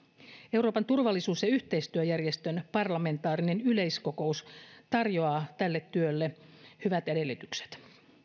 euroopan turvallisuus ja yhteistyöjärjestön parlamentaarinen yleiskokous tarjoaa tälle työlle hyvät edellytykset